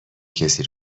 کسی